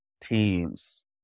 teams